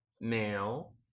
male